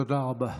תודה רבה.